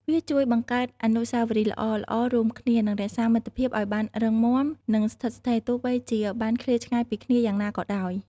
វាជួយបង្កើតអនុស្សាវរីយ៍ល្អៗរួមគ្នា និងរក្សាមិត្តភាពឲ្យបានរឹងមាំ និងស្ថិតស្ថេរ ទោះបីជាបានឃ្លាតឆ្ងាយពីគ្នាយ៉ាងណាក៏ដោយ។